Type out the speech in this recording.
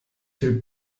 viel